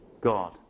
God